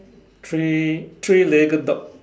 three three legged dog